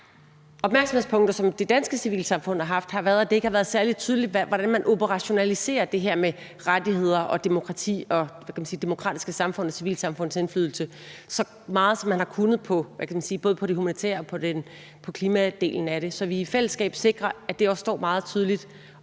opmærksomhedspunkter, som det danske civilsamfund har haft, har været, at det ikke har været særligt tydeligt, hvordan man operationaliserer det her med rettigheder, demokrati og demokratiske samfund og civilsamfunds indflydelse så meget, som man har kunnet på, hvad kan man sige, både det humanitære område og på klimadelen af det. Altså, det er, så vi i fællesskab sikrer, at det også står meget tydeligt,